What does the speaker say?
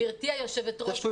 גבירתי היושבת-ראש,